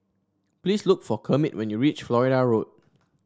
please look for Kermit when you reach Florida Road